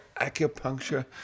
acupuncture